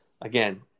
again